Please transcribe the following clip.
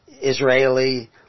Israeli